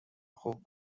خوب